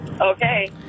Okay